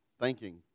thanking